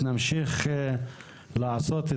איפה